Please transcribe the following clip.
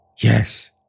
Yes